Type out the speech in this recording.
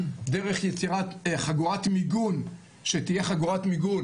דרך יצירת חגורת מיגון שתהיה חגורת מיגון